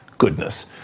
goodness